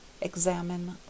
examine